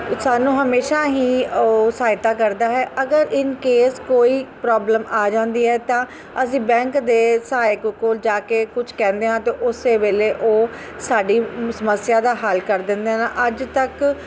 ਸਾਨੂੰ ਹਮੇਸ਼ਾ ਹੀ ਉਹ ਸਹਾਇਤਾ ਕਰਦਾ ਹੈ ਅਗਰ ਇਨ ਕੇਸ ਕੋਈ ਪ੍ਰੋਬਲਮ ਆ ਜਾਂਦੀ ਹੈ ਤਾਂ ਅਸੀਂ ਬੈਂਕ ਦੇ ਸਹਾਇਕ ਕੋਲ ਜਾ ਕੇ ਕੁਛ ਕਹਿੰਦੇ ਹਾਂ ਅਤੇ ਉਸ ਵੇਲੇ ਉਹ ਸਾਡੀ ਸਮੱਸਿਆ ਦਾ ਹੱਲ ਕਰ ਦਿੰਦੇ ਨੇ ਅੱਜ ਤੱਕ